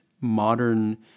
modern